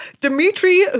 Dimitri